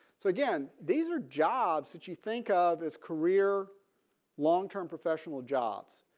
so again these are jobs that you think of as career long term professional jobs.